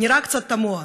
נראה קצת תמוה.